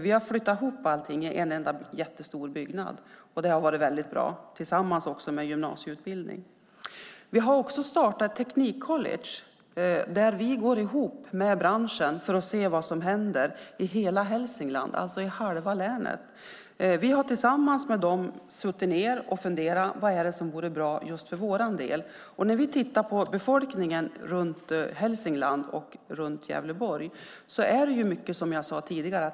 Vi har flyttat ihop allting i en enda jättestor byggnad. Det har varit väldigt bra tillsammans med gymnasieutbildning. Vi har också startat ett teknikcollege där vi går ihop med branschen för att se vad som händer i hela Hälsingland, det vill säga halva länet. Vi har tillsammans med dem suttit ned och funderat: Vad är det som vore bra just för vår del? När vi tittar på befolkningen i Hälsingland och Gävleborg är det mycket som jag sade tidigare.